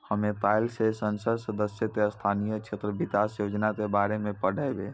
हमे काइल से संसद सदस्य के स्थानीय क्षेत्र विकास योजना के बारे मे पढ़बै